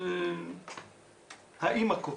האימא קובעת.